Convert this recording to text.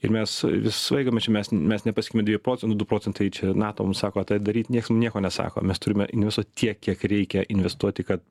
ir mes vis vaikomės čia mes mes nepasiekėme dviejų procentų du procentai čia natom sako tai daryt nieks mum nieko nesako mes turime investuot tiek kiek reikia investuoti kad